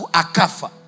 akafa